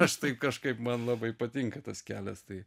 aš tai kažkaip man labai patinka tas kelias tai